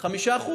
5%,